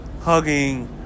Hugging